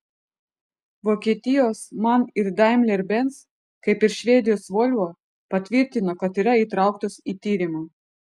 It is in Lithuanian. vokietijos man ir daimler benz kaip ir švedijos volvo patvirtino kad yra įtrauktos į tyrimą